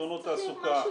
פתרונות תעסוקה,